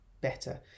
better